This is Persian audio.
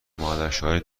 مادرشوهری